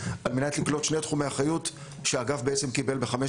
על מנת לקלוט שני תחומי אחריות שהאגף בעצם קיבל בהחלטה